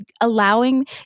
allowing